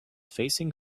facing